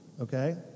okay